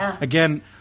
again